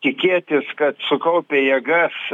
tikėtis kad sukaupę jėgas